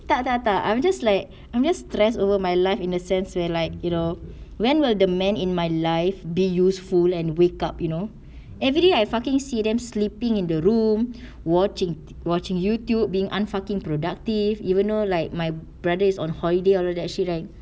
tak tak tak I'm just like I'm just stress over my life in the sense where like you know when will the man in my life be useful and wake up you know everyday I fucking see them sleeping in the room watching watching youtube being fucking unproductive even though like my brother is on holiday all that shit right